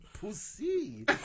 Pussy